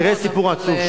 תראה סיפור עצוב.